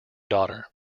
daughter